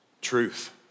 Truth